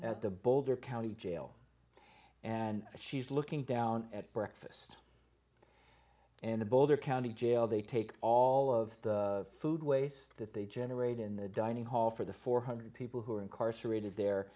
at the boulder county jail and she's looking down at breakfast in the boulder county jail they take all of the food waste that they generate in the dining hall for the four hundred people who are incarcerated there